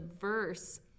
verse